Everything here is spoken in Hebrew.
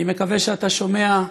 אני מקווה שאתה שומע.